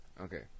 Okay